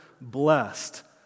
blessed